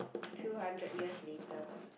two hundred years later